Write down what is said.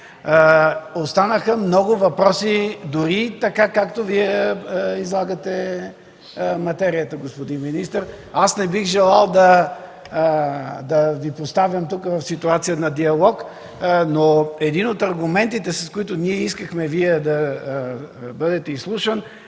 Останаха много въпроси, дори както излагате материята, господин министър. Аз не бих желал да Ви поставям тук в ситуация на диалог, но едни от аргументите, с които искахме Вие да бъдете изслушан